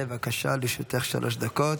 בבקשה, לרשותך שלוש דקות.